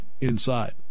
inside